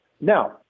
Now